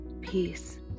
peace